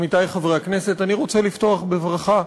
עמיתי חברי הכנסת, אני רוצה לפתוח בברכה